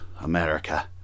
America